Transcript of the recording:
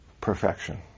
perfection